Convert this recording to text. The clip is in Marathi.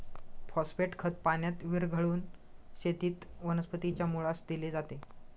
फॉस्फेट खत पाण्यात विरघळवून शेतातील वनस्पतीच्या मुळास दिले जाते